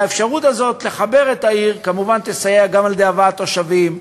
האפשרות הזאת לחבר את העיר כמובן תסייע גם על-ידי הבאת תושבים,